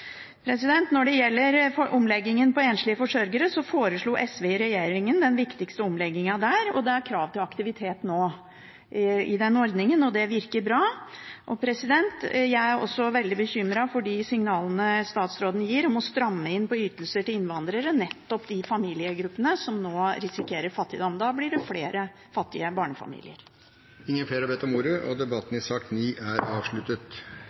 Når det gjelder omleggingen for enslige forsørgere, foreslo SV i regjering den viktigste omleggingen, og det er krav til aktivitet i den ordningen nå. Den virker bra. Jeg er også veldig bekymret for de signalene statsråden gir om å stramme inn på ytelser for innvandrere – nettopp de familiegruppene som nå risikerer fattigdom. Da blir det flere fattige barnefamilier. Flere har ikke bedt om ordet